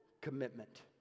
commitment